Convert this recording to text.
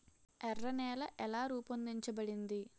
ఎర్ర నేల ఎలా రూపొందించబడింది?